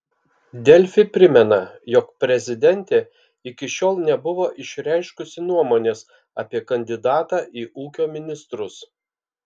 delfi primena jog prezidentė iki šiol nebuvo išreiškusi nuomonės apie kandidatą į ūkio ministrus